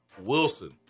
Wilson